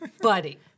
Buddy